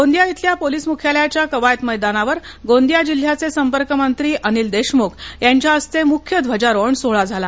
गोंदिया इथल्या पोलीस मुख्यालयाच्या कवायत मैदानावर गोंदिया जिल्याचे संपर्क मंत्री अनिल देशमुख यांच्या हस्ते मुख्य ध्वजारोहण सोहळा झाला